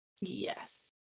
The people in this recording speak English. Yes